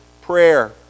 prayer